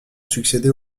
succéder